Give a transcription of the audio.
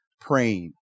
praying